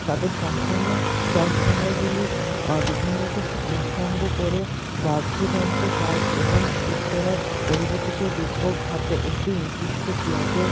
তাতে সম্পূর্ণ ভাঙাগুলির বিভিন্নকে স সঙ্গ করে বাদ্যযন্ত্র কাজ এবং সুর করার পরিবর্তিত রূপকভাবে একটি নির্দিষ্ট প্লটের